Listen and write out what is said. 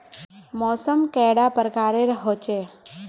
मौसम कैडा प्रकारेर होचे?